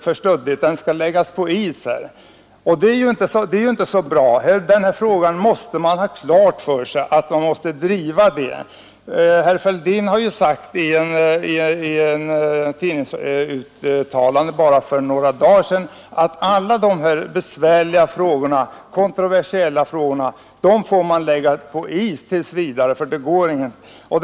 Man måste ha klart för sig att den här frågan måste drivas. Herr Fälldin sade i ett tidningsuttalande bara för några dagar sedan, att alla dessa besvärliga och kontroversiella frågor får tills vidare läggas på is.